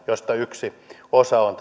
josta yksi osa on